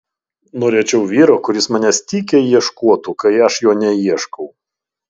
norėčiau vyro kuris manęs tykiai ieškotų kai aš jo neieškau